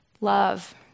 love